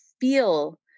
feel